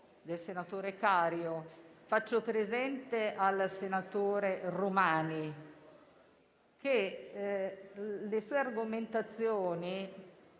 decaduto. Faccio presente al senatore Romani che le sue argomentazioni